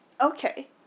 Okay